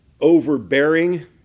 overbearing